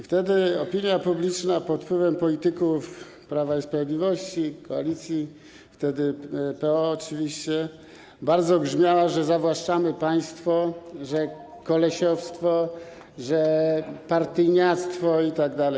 Wtedy opinia publiczna pod wpływem polityków Prawa i Sprawiedliwości, wtedy koalicji PO oczywiście, bardzo grzmiała, że zawłaszczamy państwo, że kolesiostwo, że partyjniactwo itd.